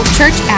Church